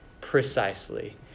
precisely